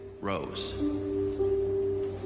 Rose